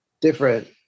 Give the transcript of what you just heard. different